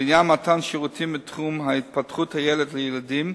לעניין מתן שירותים מתחום התפתחות הילד לילדים,